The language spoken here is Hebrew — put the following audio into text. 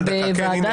כן, גם דקה.